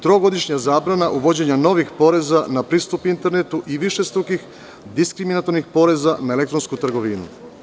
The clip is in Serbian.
Trogodišnja zabrana uvođenja novih poreza na pristup internetu, i višestrukih diskriminatorskih poreza na elektronsku trgovinu.